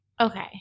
Okay